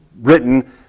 written